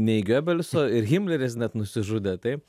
nei giobelso ir himleris net nusižudė taip